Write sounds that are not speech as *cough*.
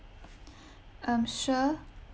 *breath* um sure